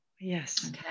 Yes